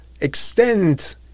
extend